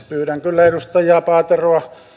pyydän kyllä edustaja paateroa